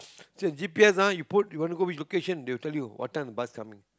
g_p_s ah you put you want to go which location they will tell you what time the bus coming